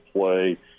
play